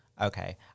Okay